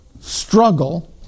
struggle